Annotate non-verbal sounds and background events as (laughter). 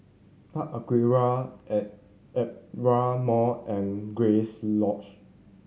Park Aquaria (unintelligible) Aperia Mall and Grace Lodge